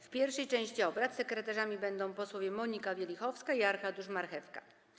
W pierwszej części obrad sekretarzami będą posłowie Monika Wielichowska i Arkadiusz Marchewka.